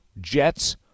Jets